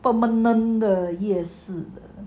permanent 的夜市